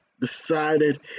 decided